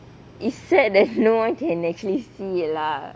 it sad that no one can actually see it lah